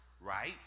right